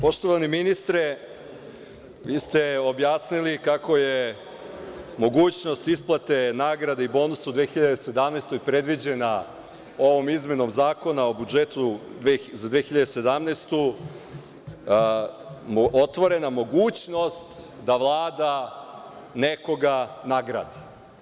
Poštovani ministre, vi ste objasnili kako je mogućnost isplate nagrade i bonusa u 2017. godini predviđena ovom izmenom Zakona o budžetu za 2017. godinu otvorena mogućnost da Vlada nekoga nagradi.